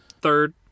third